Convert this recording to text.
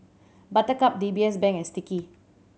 Buttercup D B S Bank and Sticky